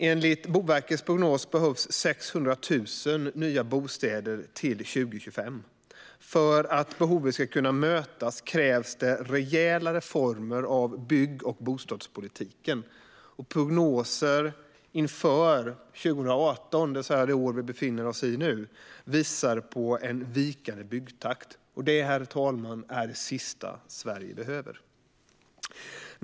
Enligt Boverkets prognos behövs 600 000 nya bostäder till 2025. För att detta behov ska kunna mötas krävs rejäla reformer av bygg och bostadspolitiken. Prognoser inför 2018, det vill säga det år där vi befinner oss nu, visar dock på en vikande byggtakt, något som är det sista Sverige behöver, herr talman.